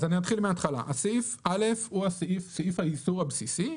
אתחיל מהתחלה: סעיף א' הוא סעיף האיסור הבסיסי,